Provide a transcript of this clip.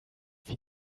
wie